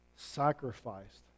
sacrificed